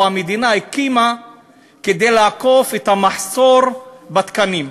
המדינה הקימו כדי לעקוף את המחסור בתקנים,